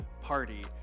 party